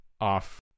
off